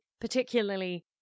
Particularly